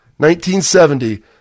1970